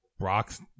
rocks